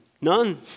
none